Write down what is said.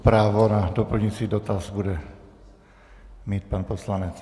Právo na doplňující dotaz bude mít pan poslanec.